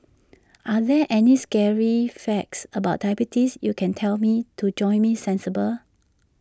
are there any scary facts about diabetes you can tell me to jolt me sensible